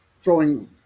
throwing